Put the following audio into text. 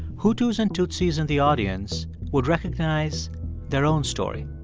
hutus and tutsis in the audience would recognize their own story,